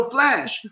Flash